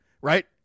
right